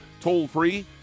toll-free